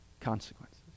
consequences